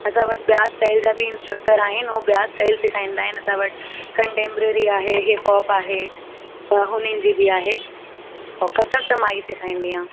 असां वटि ॿिया स्टाइल जा बि इंस्ट्रक्टर आहिनि हो ॿिया स्टाइल सेखारींदा आहिनि असां वटि कंडेम्बररी आहे हिप हॉप आहे त हुनिन जी बि आहे और कत्थक त मां ई सेखारींदी आहियां